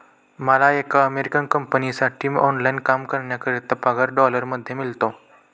मला एका अमेरिकन कंपनीसाठी ऑनलाइन काम करण्याकरिता पगार डॉलर मध्ये मिळतो